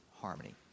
harmony